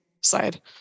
side